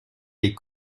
les